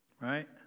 right